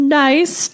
nice